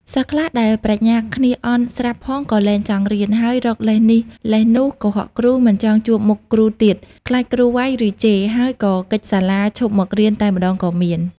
សិស្សខ្លះដែលប្រាជ្ញាគ្នាអន់ស្រាប់ផងក៏លែងចង់រៀន ហើយរកលេសនេះលេសនោះ កុហកគ្រូ មិនចង់ជួបមុខគ្រូទៀត ខ្លាចគ្រូវ៉ៃឬជេរ ហើយក៏គេចសាលាឈប់មករៀនតែម្តងក៏មាន ។